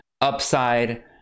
upside